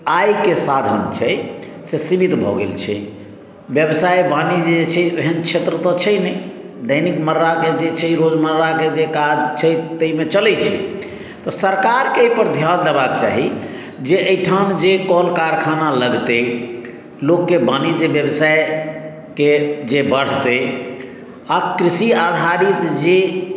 आयके साधन छै से सिमित भऽ गेल छै व्यवसाय वाणिज्य जे छै से एहन क्षेत्र तऽ छै नहि दैनिकमर्राके जे छै रोजमर्राके जे काज छै ताहि मे चलै छै तऽ सरकारकेँ अहिपर ध्यान देबाक चाही जे अहिठाम जे कल कारखाना लगतै लोकके वाणिज्य व्यवसायके जे बढ़तै कृषि आधारित जे